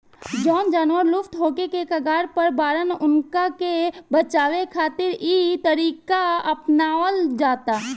जवन जानवर लुप्त होखे के कगार पर बाड़न उनका के बचावे खातिर इ तरीका अपनावल जाता